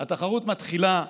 התחרות מתחילה!